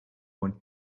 want